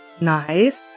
nice